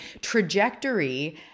trajectory